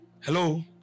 hello